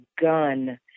gun